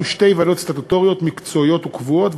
שתי ועדות סטטוטוריות מקצועיות וקבועות,